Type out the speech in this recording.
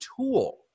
tool